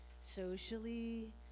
socially